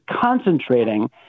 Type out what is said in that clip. concentrating